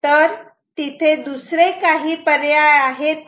तर तिथे दुसरे काही पर्याय आहेत का